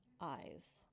eyes